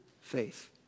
faith